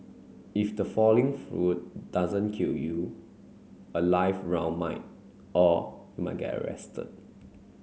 if the falling fruit doesn't kill you a live round might or you might get arrested